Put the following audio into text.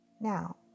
Now